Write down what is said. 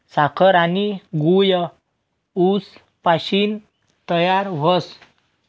साखर आनी गूय ऊस पाशीन तयार व्हस